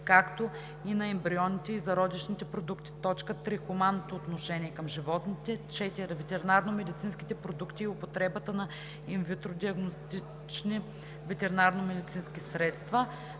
както и на ембрионите и зародишните продукти; 3. хуманното отношение към животните; 4. ветеринарномедицинските продукти и употребата на ин-витро диагностични ветеринарномедицински средства;